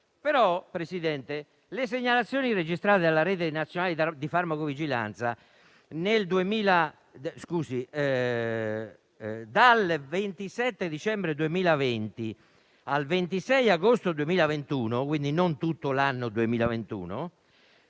le segnalazioni registrate dalla Rete nazionale di farmacovigilanza dal 27 dicembre 2020 al 26 agosto 2021, quindi neanche tutto l'anno 2021,